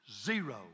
Zero